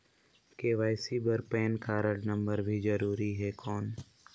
KYC बर PAN card number भी जरूरी हे कौन?